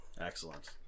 Excellent